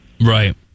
Right